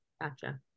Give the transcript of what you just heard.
Gotcha